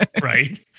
Right